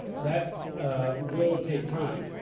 that will take time.